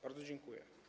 Bardzo dziękuję.